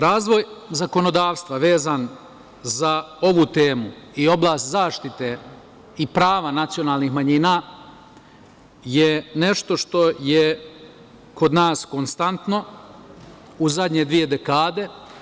Razvoj zakonodavstva vezan za ovu temu i oblast zaštite i prava nacionalnih manjina je nešto što je kod nas konstantno u zadnje dve dekade.